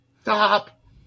stop